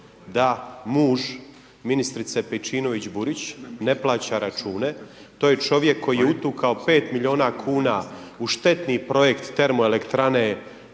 da muž ministrice Pejčinović Burić ne plaća račune, to je čovjek koji je utukao 5 milijuna kuna u štetni projekt termoelektrane